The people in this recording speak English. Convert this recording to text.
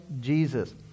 Jesus